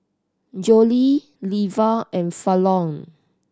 Joelle Leva and Fallon